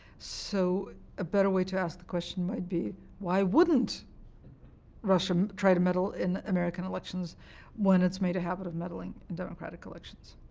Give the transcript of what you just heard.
so a better way to ask the question might be, why wouldn't russia um try to meddle in american elections when it's made a habit of meddling in democratic elections?